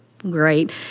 Great